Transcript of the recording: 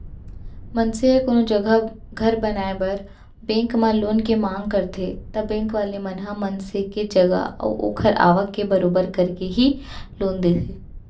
मनसे ह कोनो जघा घर बनाए बर बेंक म लोन के मांग करथे ता बेंक वाले मन ह मनसे के जगा अऊ ओखर आवक के बरोबर करके ही लोन देथे